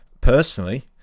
personally